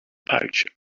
pouch